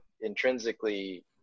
intrinsically